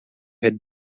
had